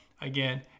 again